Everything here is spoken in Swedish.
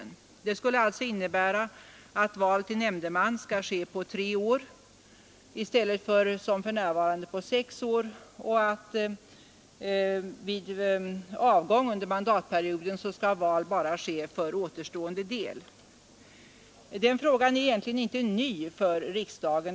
Det skulle alltså innebära att val till nämndeman skall ske på tre år i stället för som för närvarande på sex år. Vid avgång under mandatperioden skall val bara ske för återstående del. Den frågan är egentligen inte ny för riksdagen.